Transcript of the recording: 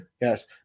Yes